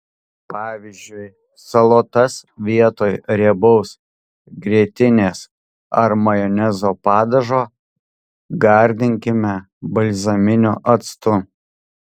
pavyzdžiui salotas vietoj riebaus grietinės ar majonezo padažo gardinkime balzaminiu actu